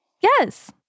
Yes